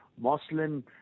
muslim